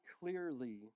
clearly